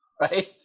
right